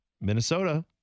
Minnesota